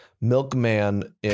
milkman